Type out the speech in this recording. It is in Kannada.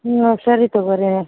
ಹ್ಞೂ ಸರಿ ತಗೋರೀ